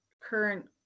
current